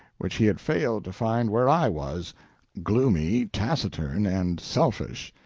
which he had failed to find where i was gloomy, taciturn, and selfish.